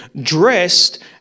dressed